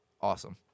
awesome